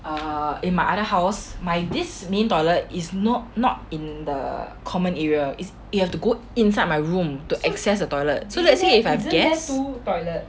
err in my other house my this main toilet is not not in the common area is you have to go inside my room to access the toilet so let's say if I have a guest